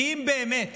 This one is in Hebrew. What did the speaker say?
אם באמת